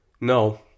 No